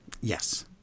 Yes